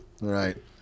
right